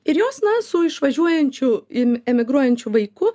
ir jos na su išvažiuojančiu em emigruojančiu vaiku